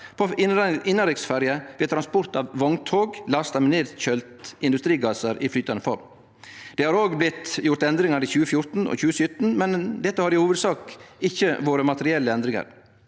på innanriksferjer ved transport av vogntog lasta med nedkjølte industrigassar i flytande form. Det har også blitt gjort endringar i 2014 og 2017, men dette har i hovudsak ikkje vore materielle endringar.